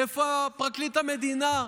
איפה פרקליט המדינה?